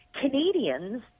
Canadians